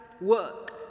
work